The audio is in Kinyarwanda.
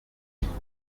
bugufi